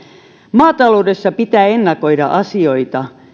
maataloudessa pitää ennakoida asioita ja